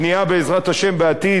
בעזרת השם בעתיד,